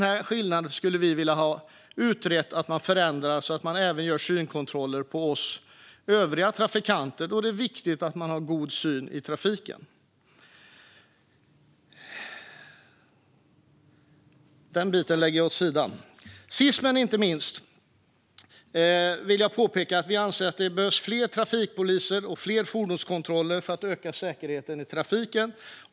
Vi skulle vilja att en förändring av detta utreds så att synkontroller görs även av oss övriga trafikanter då det är viktigt att man har god syn i trafiken. Sist men inte minst vill jag påpeka att vi anser att det behövs fler trafikpoliser och fler fordonskontroller för att öka säkerheten i trafiken.